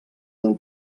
del